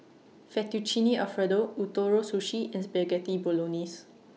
Fettuccine Alfredo Ootoro Sushi and Spaghetti Bolognese